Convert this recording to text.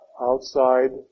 outside